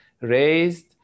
raised